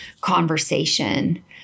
conversation